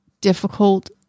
difficult